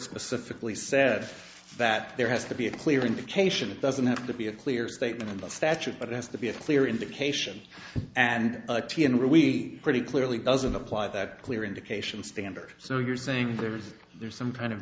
specifically said that there has to be a clear indication it doesn't have to be a clear statement of the statute but it has to be a clear indication and we pretty clearly doesn't apply that clear indication standard so you're saying there's some kind of